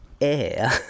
air